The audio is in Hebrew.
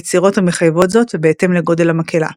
ביצירות המחייבות זאת ובהתאם לגודל המקהלה.